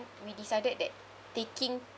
we decided that taking